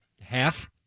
Half